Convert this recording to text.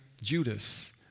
Judas